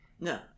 no